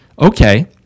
Okay